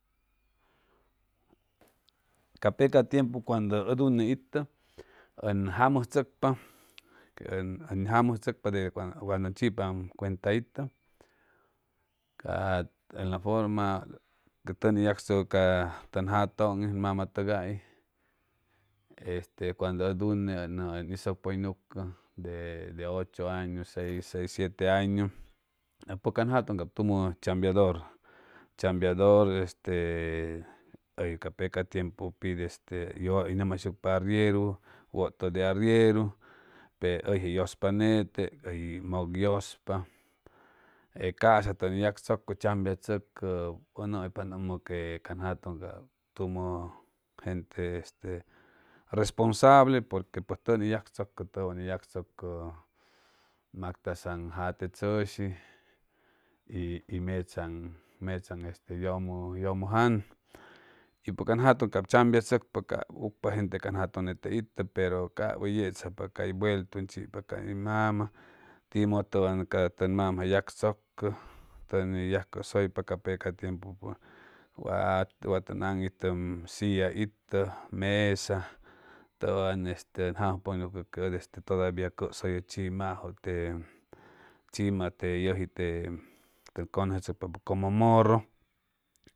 Ca peca tiempu cuando ʉn une itʉ ʉn jamʉjchʉcpa que ʉn ʉn jamʉjchʉycpa de cuando cuando chipam cuenta itʉ ca en la forma que tʉn ni yagchʉcʉ ca ca jatʉn'is mama'tʉgais este cuando ʉn une ʉn hizʉ pʉynucʉ de de ocho añu seis siete añu a pues can jatʉŋ cap tumʉ chambeador chambeador este hʉy ca peca tiempu pit este ye hora hʉy nʉmjayshucpa arrieru wʉtʉ de arrieru pe hʉyje yʉspa nete hʉy mʉk yʉspa e ca'sa tʉn ni yagchʉcʉ chambiachʉcʉ ʉ nʉmʉypa ʉn nʉmʉ que can jatʉŋ cap tumʉ gente este responsable porque pues tʉn ni yagchʉcʉ tʉwan yagchʉcʉ mactazaŋ jate tzʉshi y y metzaaŋ mechaaŋ este yʉmʉ yʉmʉ jan y pʉj can jatʉŋ cap chambiachʉcpa ca ucpa gente nete can jatʉŋ itʉ pero cap hʉy yechajaypa cay vueltu hʉy chipa can mama timʉdʉ ca tʉn mama yagchʉcʉ tʉni yacʉsʉypa capʉ tiempu wa wa tʉn aŋitʉ silla itʉ masa tʉwan este ʉn jamʉjpa que todavia cʉsʉyʉ chimajʉ te chima te yʉji te tʉn cʉnʉsechʉcpa como morro